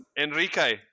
Enrique